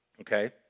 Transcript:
okay